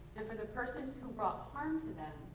and for the persons who brought harm to them,